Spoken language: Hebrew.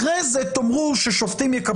אחרי זה תאמרו ששופטים יקבלו החלטה.